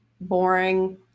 boring